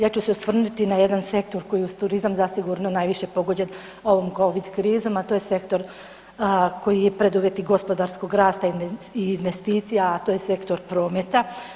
Ja ću se osvrnuti na jedan sektor koji je uz turizam zasigurno najviše pogođen ovom COVID krizom a to je sektor koji je preduvjet i gospodarskog rasta i investicija a to je sektor prometa.